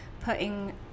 putting